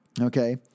okay